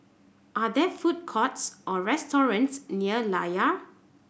are there food courts or restaurants near Layar